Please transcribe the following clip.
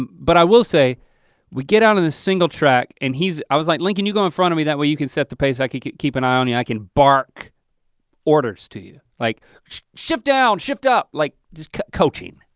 but i will say we get out on the single track and i was like lincoln, you go in front of me that way you can set the pace, i can can keep an eye on you, i can bark orders to you. like shift down, shift up, like just coaching.